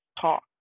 talk